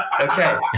Okay